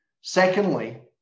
Secondly